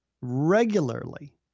regularly